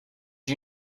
you